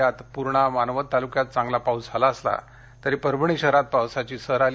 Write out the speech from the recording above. यात पूर्णा मानवत तालुक्यात चांगला पाऊस झाला तर परभणी शहरात पावसाची सर आली